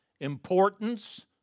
importance